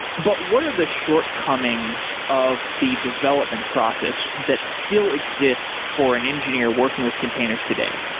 but what are the shortcomings of the development process that still exist for an engineer working with containers today?